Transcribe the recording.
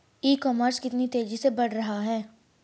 ई commerce कितनी तेजी से बढ़ रहा है?